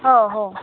हो हो